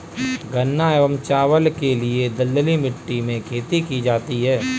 गन्ना एवं चावल के लिए दलदली मिट्टी में खेती की जाती है